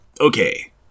Okay